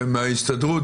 אני מבין שמההסתדרות.